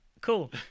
Cool